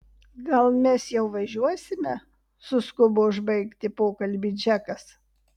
gal mes jau važiuosime suskubo užbaigti pokalbį džekas